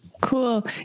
Cool